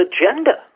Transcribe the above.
agenda